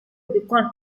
rubicon